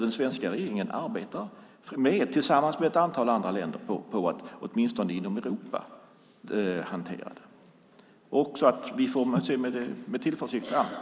Den svenska regeringen arbetar tillsammans med ett antal länder på att åtminstone inom Europa kunna hantera detta. Vi får se med tillförsikt an på det.